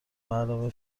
بعلاوه